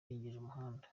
umuhanda